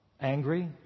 Angry